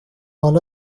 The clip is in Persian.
حالا